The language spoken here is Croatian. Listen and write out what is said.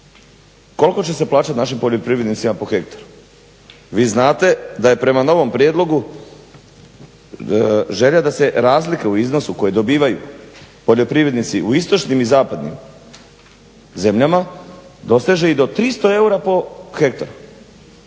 koliko će se plaćat našim poljoprivrednicima po hektaru? Vi znate da je prema novom prijedlogu želja da se razlike u iznosu koji dobivaju poljoprivrednici u istočnim i zapadnim zemljama doseže i do 300 eura po hektaru,